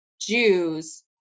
Jews